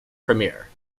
premier